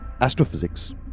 astrophysics